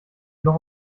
noch